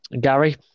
Gary